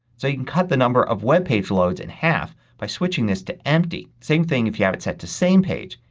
so you can cut the number of webpage loads in half by switching this to empty. same thing if you have it set to same page.